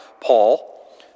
Paul